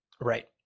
Right